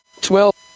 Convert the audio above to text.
Twelve